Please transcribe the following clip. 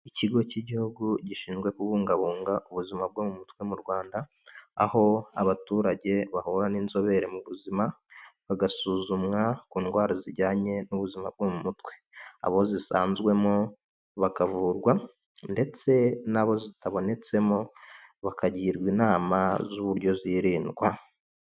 Ikigo cy'igihugu gishinzwe kubungabunga ubuzima bwo mu mutwe mu Rwanda, aho abaturage bahura n'inzobere mu buzima, bagasuzumwa ku ndwara zijyanye n'ubuzima bwo mu mutwe. Abo zisanzwemo bakavurwa, ndetse n'abo zitabonetsemo bakagirwa inama z'uburyo zirindwa.